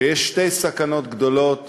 שיש שתי סכנות גדולות